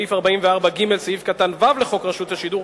סעיף 44ג(ו) לחוק רשות השידור,